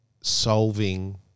solving